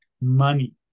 money